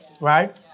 right